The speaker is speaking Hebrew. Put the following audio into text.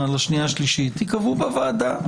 לקריאה השנייה והשלישית ייקבעו בוועדה.